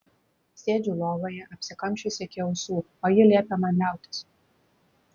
sėdžiu lovoje apsikamšiusi iki ausų o ji liepia man liautis